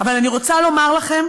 אבל אני רוצה לומר לכם,